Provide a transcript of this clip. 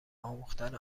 آموختن